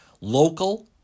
local